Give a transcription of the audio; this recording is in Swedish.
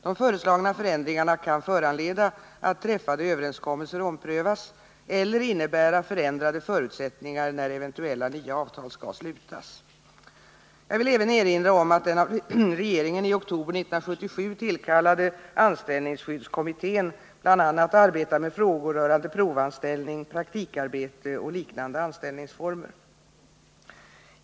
De föreslagna förändringarna kan föranleda att träffade överenskommelser omprövas eller innebära förändrade förutsättningar när eventuella nya avtal skall slutas. Jag vill även erinra om att den av regeringen i oktober 1977 tillkallade anställningsskyddskommittén bl.a. arbetar med frågor rörande provanställning, praktikarbete och liknande anställningsformer.